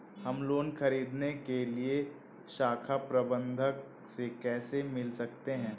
हम लोन ख़रीदने के लिए शाखा प्रबंधक से कैसे मिल सकते हैं?